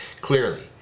clearly